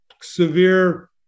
severe